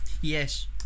Yes